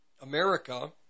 America